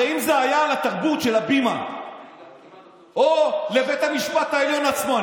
הרי אם זה היה על התרבות של הבימה או לבית המשפט העליון עצמו,